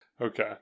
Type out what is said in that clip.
Okay